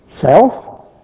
Self